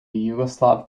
yugoslav